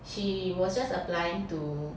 she was just applying to